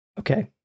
Okay